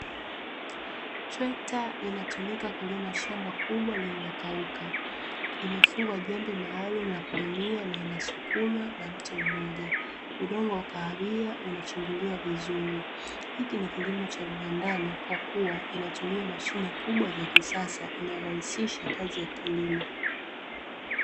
Trekta inatumika kulima shamba kubwa lililokauka imefungwa jembe maalumu la kulimia na inasukumwa na mtu mmoja. Udongo wa kahawia unachimbuliwa vizuri, hiki ni kilimo cha viwandani inayotumia mashine kubwa na za kisasa na inayorahisisha kazi ya kilimo.